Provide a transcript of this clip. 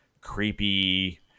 creepy